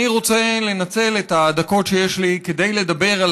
אני רוצה לנצל את הדקות שיש לי כדי לדבר על